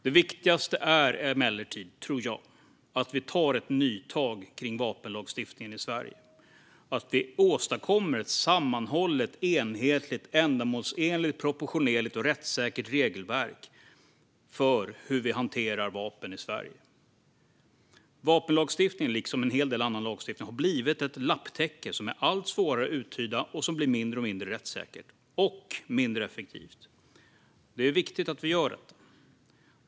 Det viktigaste är emellertid, tror jag, att vi tar ett nytag kring vapenlagstiftningen i Sverige - att vi åstadkommer ett sammanhållet, enhetligt, ändamålsenligt, proportionerligt och rättssäkert regelverk för hur vi hanterar vapen i Sverige. Vapenlagstiftningen, liksom en hel del annan lagstiftning, har blivit ett lapptäcke som är allt svårare att uttyda och som blir mindre och mindre rättssäkert och mindre effektivt. Det är viktigt att vi gör detta.